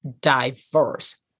diverse